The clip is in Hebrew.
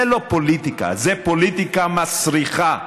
זו לא פוליטיקה, זו פוליטיקה מסריחה,